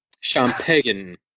champagne